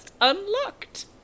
Unlocked